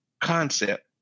concept